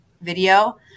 video